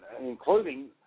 including